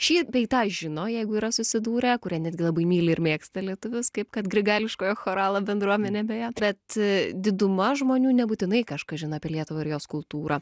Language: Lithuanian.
šį bei tą žino jeigu yra susidūrę kurie netgi labai myli ir mėgsta lietuvius kaip kad grigališkojo choralo bendruomenė beje bet diduma žmonių nebūtinai kažką žino apie lietuvą ir jos kultūrą